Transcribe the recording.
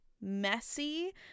messy